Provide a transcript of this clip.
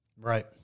Right